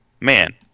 Man